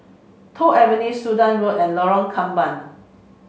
Toh Avenue Sudan Road and Lorong Kembang